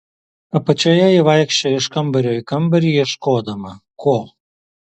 apačioje ji vaikščiojo iš kambario į kambarį ieškodama ko